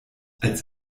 als